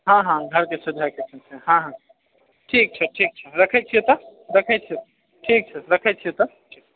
हँ हँ घरके सुविधा कइसन छै हँ ठीक छै ठीक छै रखै छिऔ तऽ रखै छिऔ ठीक छै रखै छिऔ तब